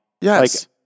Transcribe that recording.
yes